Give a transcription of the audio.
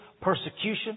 persecution